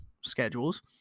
schedules